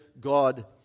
God